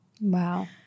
Wow